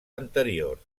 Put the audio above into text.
anteriors